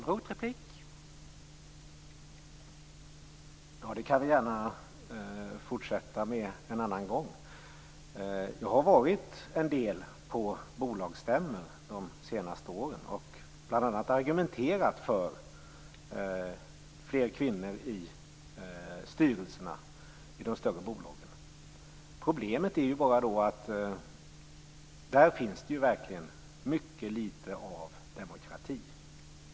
Herr talman! Det kan vi gärna fortsätta att diskutera en annan gång. Jag har varit på en del bolagsstämmor under de senaste åren och bl.a. argumenterat för fler kvinnor i de större bolagens styrelser. Problemet är bara att där finns mycket litet av demokrati.